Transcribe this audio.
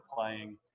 playing